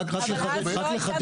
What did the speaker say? רק לחדד.